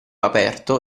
aperto